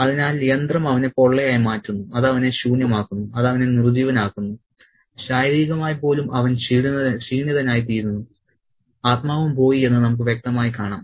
അതിനാൽ യന്ത്രം അവനെ പൊള്ളയായി മാറ്റുന്നു അത് അവനെ ശൂന്യമാക്കുന്നു അത് അവനെ നിർജീവനാക്കുന്നു ശാരീരികമായി പോലും അവൻ ക്ഷീണിതനായിത്തീരുന്നു ആത്മാവും പോയി എന്ന് നമുക്ക് വ്യക്തമായി കാണാം